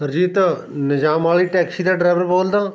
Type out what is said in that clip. ਹਰਜੀਤ ਨਿਜਾਮ ਵਾਲੀ ਟੈਕਸੀ ਦਾ ਡਰਾਈਵਰ ਬੋਲਦਾ